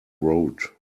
road